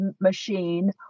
machine